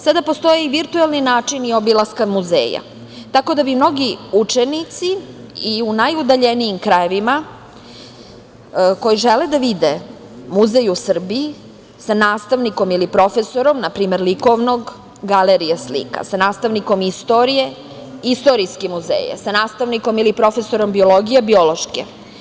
Sada postoje i virtuelni načini obilaska muzeja, tako da bi mnogi učenici i u najudaljenijim krajevima koji žele da vide muzej u Srbiji sa nastavnikom ili profesorom na primer likovnog - galerija slika, sa nastavnikom istorije - istorijske muzeje, sa nastavnikom ili profesorom biologije – biološke.